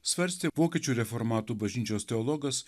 svarstė vokiečių reformatų bažnyčios teologas